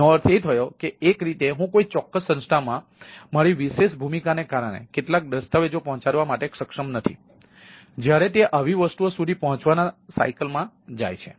એનો અર્થ એ થયો કે એક રીતે હું કોઈ ચોક્કસ સંસ્થામાં મારી વિશેષ ભૂમિકાને કારણે કેટલાક દસ્તાવેજો પહોંચાડવા માટે સક્ષમ નથી જ્યારે તે આવી વસ્તુઓ સુધી પહોંચવાના સાયકલમાં જાય છે